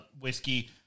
whiskey